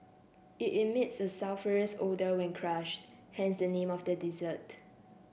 it emits a sulphurous odour when crushed hence the name of the dessert